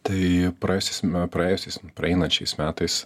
tai praėjusiais m praėjusiais praeinančiais metais